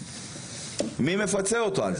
מי מפצה אותם?